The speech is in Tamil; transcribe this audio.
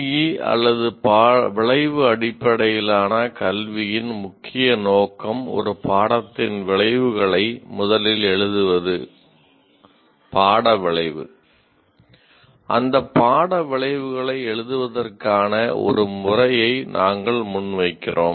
OBE அல்லது விளைவு அடிப்படையிலான கல்வியின் முக்கிய நோக்கம் ஒரு பாடத்தின் விளைவுகளை முதலில் எழுதுவது பாட விளைவு அந்த பாட விளைவுகளை எழுதுவதற்கான ஒரு முறையை நாங்கள் முன்வைக்கிறோம்